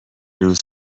روز